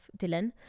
dylan